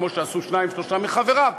כמו שעשו שניים-שלושה מחבריו,